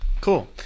Cool